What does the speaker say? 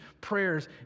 prayers